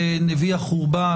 נביא החורבן,